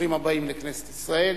ברוכים הבאים לכנסת ישראל.